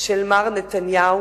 של מר נתניהו.